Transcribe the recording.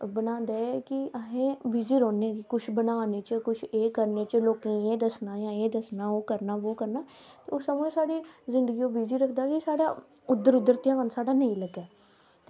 बनांदे की अस बिजी रौंह्दे कि कुछ बना ने च कुछ एह् करने च लोकें इयां दस्सना जां एह् दस्सना ओह् करना बो करना ओहे सगोआं साढ़ी जिन्दगी ओह् बिजी रखदा कि साढ़ा उध्दर साढ़ा ध्यान नेंई लग्गै